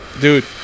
dude